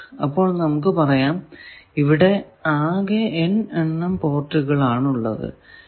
അപ്പോൾ നമുക്ക് പറയാം ഇവിടെ ആകെ N എണ്ണം പോർട്ടുകൾ ആണ് ഉള്ളത് എന്ന്